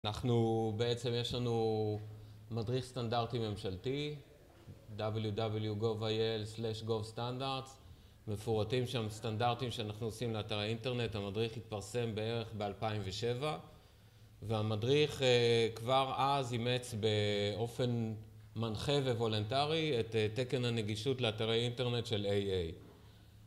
אנחנו, בעצם יש לנו מדריך סטנדרטי ממשלתי www.gov.il/govstandards מפורטים שם סטנדרטים שאנחנו עושים לאתרי אינטרנט, המדריך התפרסם בערך ב-2007 והמדריך כבר אז אימץ באופן מנחה ווולנטרי את תקן הנגישות לאתרי אינטרנט של AA